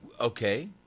Okay